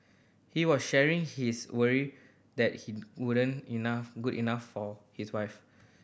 he was sharing his worry that he wouldn't enough good enough for his wife